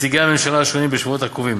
נציגי הממשלה בשבועות הקרובים.